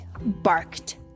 barked